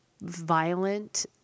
violent